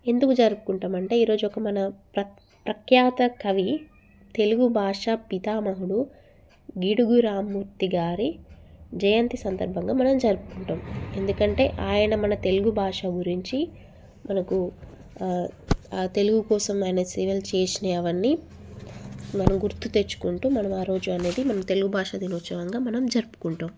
ఈరోజు ఎందుకు జరుపుకుంటాము అంటే ఈరోజు ఒక్క మన ప్రఖ్యాత కవి తెలుగు భాష పితామహుడు గిడుగు రామ్మూర్తి గారి జయంతి సందర్భంగా మనం జరుపుకుంటాం ఎందుకంటే ఆయన మన తెలుగు భాష గురించి మనకు తెలుగు కోసం ఆయన సేవలు చేసినవి అవన్నీ మనం గుర్తు తెచ్చుకుంటూ మనం ఆరోజు అనేది తెలుగు భాషా దినోత్సవంగా మనం జరుపుకుంటాం